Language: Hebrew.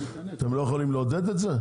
אתם לא יכולים לעודד את זה?